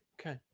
Okay